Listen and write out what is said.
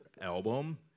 album